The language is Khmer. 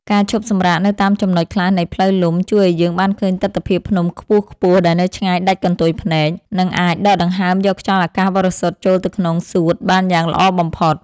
ការឈប់សម្រាកនៅតាមចំណុចខ្លះនៃផ្លូវលំជួយឱ្យយើងបានឃើញទិដ្ឋភាពភ្នំខ្ពស់ៗដែលនៅឆ្ងាយដាច់កន្ទុយភ្នែក និង អាចដកដង្ហើមយកខ្យល់អាកាសបរិសុទ្ធចូលទៅក្នុងសួតបានយ៉ាងល្អបំផុត។